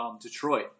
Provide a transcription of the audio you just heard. Detroit